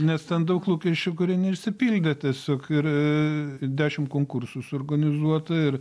nes ten daug lūkesčių kurie neišsipildė tiesiog ir dešim konkursų suorganizuota ir